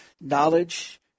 knowledge